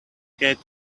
gate